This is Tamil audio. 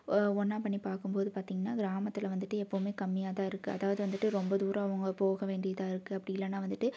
ஒன்னாக பண்ணி பார்க்கும்போது பார்த்தீங்கன்னா கிராமத்தில் வந்துட்டு எப்போதுமே கம்மியாக தான் இருக்கு அதாவது வந்துட்டு ரொம்ப தூரம் அவங்க போக வேண்டியதாக இருக்கு அப்படி இல்லைன்னா வந்துட்டு